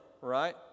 right